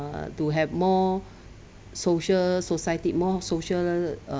err to have more social society more social uh